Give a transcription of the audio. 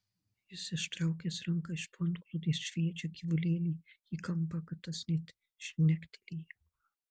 jis ištraukęs ranką iš po antklodės sviedžia gyvulėlį į kampą kad tas net žnektelėja